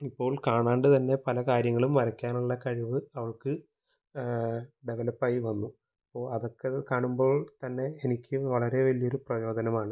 ഇപ്പോൾ കാണാതെതന്നെ പല കാര്യങ്ങളും വരയ്ക്കാനുള്ള കഴിവ് അവള്ക്ക് ഡെവലപ്പായി വന്നു അപ്പോള് അതൊക്കെ കാണുമ്പോൾ തന്നെ എനിക്കും വളരെ വലിയൊരു പ്രചോദനമാണ്